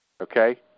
Okay